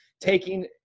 taking